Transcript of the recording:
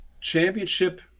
championship